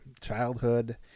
childhood